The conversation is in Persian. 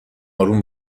آروم